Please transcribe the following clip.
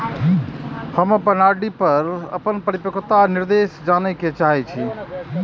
हम अपन आर.डी पर अपन परिपक्वता निर्देश जाने के चाहि छी